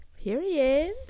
Period